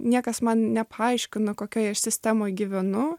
niekas man nepaaiškino kokioj aš sistemoj gyvenu